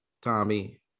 Tommy